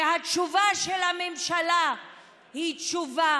והתשובה של הממשלה היא תשובה